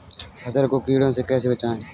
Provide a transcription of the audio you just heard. फसल को कीड़ों से कैसे बचाएँ?